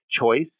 choice